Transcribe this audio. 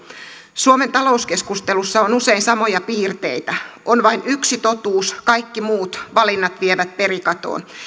suomen talouskeskustelussa on usein samoja piirteitä on vain yksi totuus kaikki muut valinnat vievät perikatoon